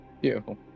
Beautiful